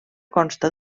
consta